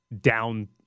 down